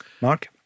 Mark